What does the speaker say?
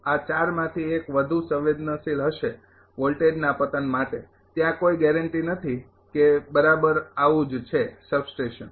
આ માંથી એક વધુ સંવેદનશીલ હશે વોલ્ટેજના પતન માટે ત્યાં કોઈ ગેરેંટી નથી કે બરાબર આવું જ છે સબસ્ટેશન